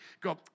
go